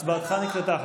הצבעתך נקלטה,